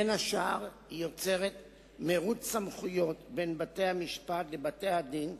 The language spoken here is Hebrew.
בין השאר היא יוצרת "מירוץ סמכויות" בין בתי-המשפט לבתי-הדין,